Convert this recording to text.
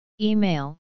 Email